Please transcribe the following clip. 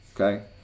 Okay